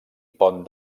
pont